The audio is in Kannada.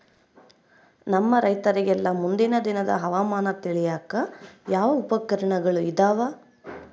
ನಮ್ಮ ರೈತರಿಗೆಲ್ಲಾ ಮುಂದಿನ ದಿನದ ಹವಾಮಾನ ತಿಳಿಯಾಕ ಯಾವ ಉಪಕರಣಗಳು ಇದಾವ?